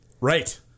Right